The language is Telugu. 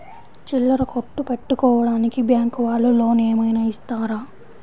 చిల్లర కొట్టు పెట్టుకోడానికి బ్యాంకు వాళ్ళు లోన్ ఏమైనా ఇస్తారా?